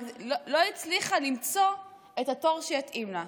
היא לא הצליחה למצוא את התור שיתאים לה.